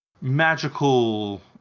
magical